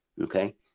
okay